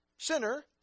sinner